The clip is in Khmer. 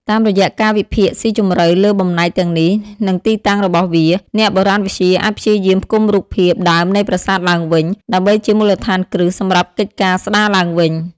តាមរយៈការវិភាគស៊ីជម្រៅលើបំណែកទាំងនេះ និងទីតាំងរបស់វា អ្នកបុរាណវិទ្យាអាចព្យាយាមផ្គុំរូបភាពដើមនៃប្រាសាទឡើងវិញ ដើម្បីជាមូលដ្ឋានគ្រឹះសម្រាប់កិច្ចការស្ដារឡើងវិញ។